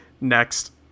Next